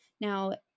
Now